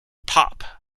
pop